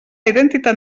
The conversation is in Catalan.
identitat